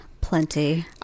Plenty